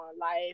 life